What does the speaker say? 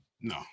No